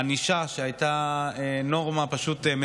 הנורמה בענישה הייתה מזעזעת.